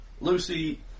Lucy